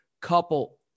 couple